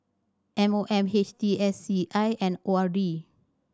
M O M H T S C I and O R D